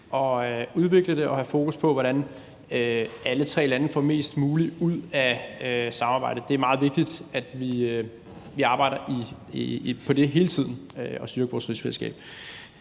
og udvikle det og have fokus på, hvordan alle tre lande får mest muligt ud af samarbejdet. Det er meget vigtigt, at vi arbejder på at styrke vores rigsfællesskab